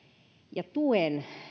ja tuen